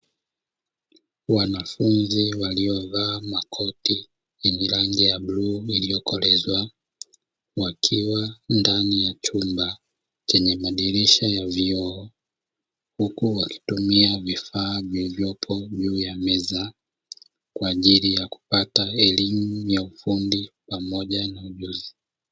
Wanafunzi waliovaa makoti yenye rangi ya bluu iliyokolezwa, wakiwa ndani ya chumba chenye madirisha ya vioo, huku waitumia vifaa vilivyopo juu ya meza, kwa ajili ya kupata elimu ya ufundi pamoja na ujuzi.